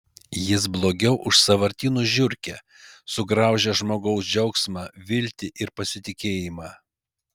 jis blogiau už sąvartynų žiurkę sugraužia žmogaus džiaugsmą viltį ir pasitikėjimą